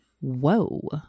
Whoa